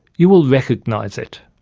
you will recognise it.